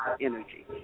energy